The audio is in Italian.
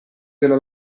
della